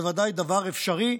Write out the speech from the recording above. זה בוודאי דבר אפשרי.